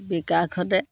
বিকাশ ঘটে